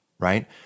right